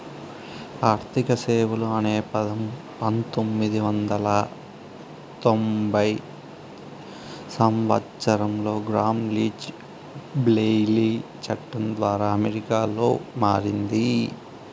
ఆర్థిక సేవలు అనే పదం పంతొమ్మిది వందల తొంభై సంవచ్చరంలో గ్రామ్ లీచ్ బ్లెయిలీ చట్టం ద్వారా అమెరికాలో మారింది